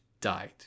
died